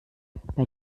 bei